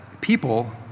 people